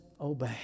obey